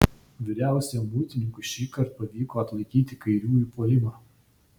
vyriausiajam muitininkui šįkart pavyko atlaikyti kairiųjų puolimą